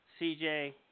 CJ